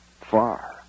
far